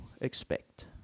expect